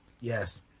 Yes